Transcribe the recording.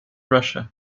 russia